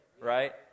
Right